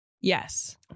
Yes